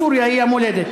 סוריה היא המולדת.